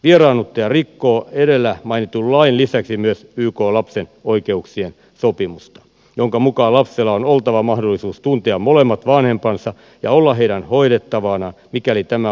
vieraannuttaja rikkoo edellä mainitun lain lisäksi myös ykn lapsen oikeuksien sopimusta jonka mukaan lapsella on oltava mahdollisuus tuntea molemmat vanhempansa ja olla heidän hoidettavanaan mikäli tämä on mahdollista